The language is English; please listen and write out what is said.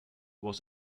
was